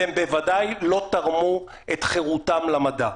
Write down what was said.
והם בוודאי לא תרמו את חירותם למדע.